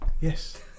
Yes